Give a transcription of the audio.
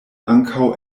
ankaŭ